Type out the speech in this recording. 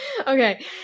Okay